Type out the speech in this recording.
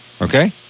okay